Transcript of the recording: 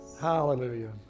hallelujah